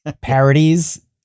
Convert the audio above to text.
parodies